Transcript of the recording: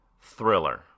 Thriller